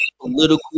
political